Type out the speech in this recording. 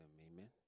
amen